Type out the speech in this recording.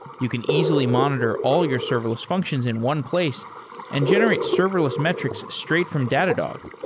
you can easily monitor all your serverless functions in one place and generate serverless metrics straight from datadog.